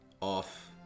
off